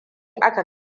aka